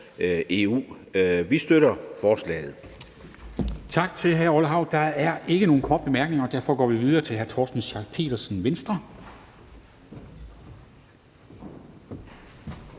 Vi støtter forslaget.